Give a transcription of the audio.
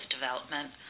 development